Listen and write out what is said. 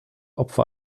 opfer